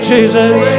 Jesus